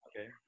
Okay